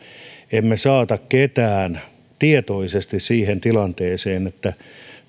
emme saata ketään tietoisesti siihen tilanteeseen että